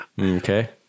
Okay